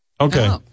Okay